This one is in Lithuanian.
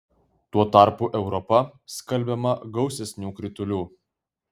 tuo tarpu europa skalbiama gausesnių kritulių